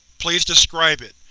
please describe it.